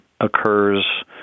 occurs